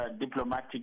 diplomatic